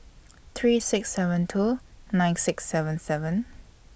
three six seven two nine six seven seven